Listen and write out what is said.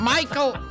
Michael